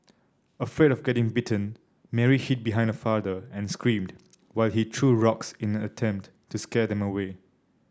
afraid of getting bitten Mary hid behind her father and screamed while he threw rocks in an attempt to scare them away